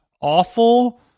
awful